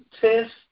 test